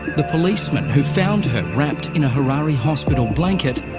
the policeman who found her wrapped in a harare hospital blanket,